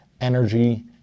energy